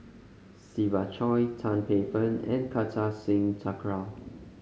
Siva Choy Tan Paey Fern and Kartar Singh Thakral